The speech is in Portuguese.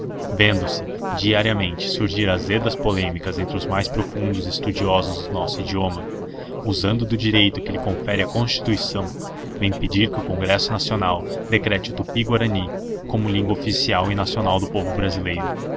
vendo-se diariamente surgir azedas polêmicas entre os mais profundos estudiosos do nosso idioma usando do direito que lhe confere a constituição vem pedir que o congresso nacional decrete o tupiguarani como língua oficial e nacional do povo brasileiro